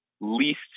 least